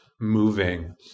moving